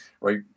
right